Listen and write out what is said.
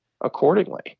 accordingly